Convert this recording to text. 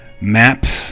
maps